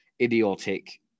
idiotic